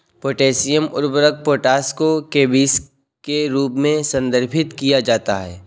potassium उर्वरक potash को केबीस के रूप में संदर्भित किया जाता है